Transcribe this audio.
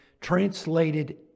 translated